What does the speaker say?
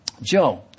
Joe